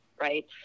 Right